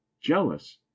jealous